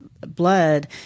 blood